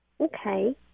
Okay